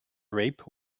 rape